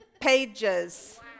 pages